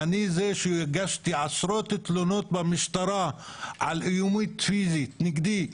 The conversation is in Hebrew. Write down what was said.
אני זה שהגשתי עשרות תלונות במשטרה על איומים נגדי פיזית,